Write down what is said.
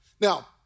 Now